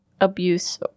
abuse